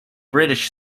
british